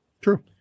true